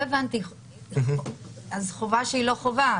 לא הבנתי, זאת חובה שהיא לא חובה.